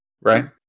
Right